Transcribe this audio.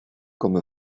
comme